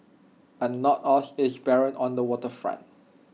but not all is barren on the Water Front